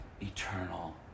eternal